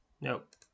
nope